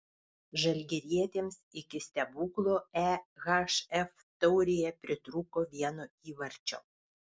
žalgirietėms iki stebuklo ehf taurėje pritrūko vieno įvarčio